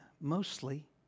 mostly